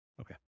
Okay